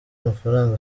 amafaranga